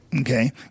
Okay